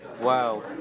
Wow